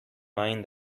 mind